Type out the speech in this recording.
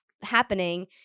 happening